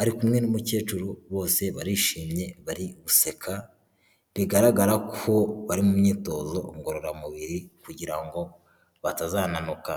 ari kumwe n'umukecuru, bose barishimye, bari guseka, bigaragara ko bari mu myitozo ngororamubiri, kugira ngo batazananuka.